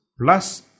plus